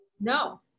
No